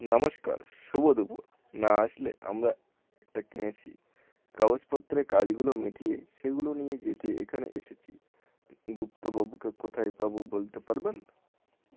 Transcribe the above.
নমস্কার শুভ দুপুর না আসলে আমরা একটা কিনেছি কাগজপত্রের কাজগুলো মিটিয়ে সেগুলো নিয়ে যেতে এখানে এসেছি গুপ্তবাবুকে কোথায় পাবো বলতে পারবেন